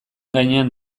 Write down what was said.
gainean